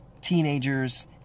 teenagers